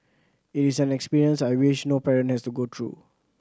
it is an experience I wish no parent has to go through